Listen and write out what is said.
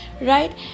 right